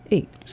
Eight